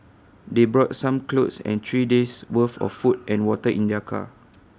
they brought some clothes and three days' worth of food and water in their car